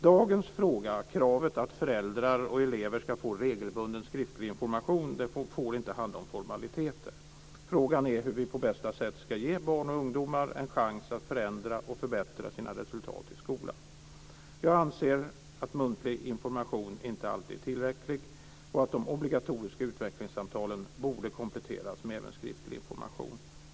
Dagens fråga om kravet på att föräldrar och elever ska få regelbunden skriftlig information får inte handla om formaliteter. Frågan är hur vi på bästa sätt ska ge barn och ungdomar en chans att förändra och förbättra sina resultat i skolan. Jag anser att det inte alltid är tillräckligt med muntlig information och att de obligatoriska utvecklingssamtalen borde kompletteras med skriftlig information.